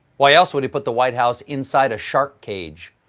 why else would he put the white house inside a shark cage?